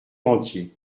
rentier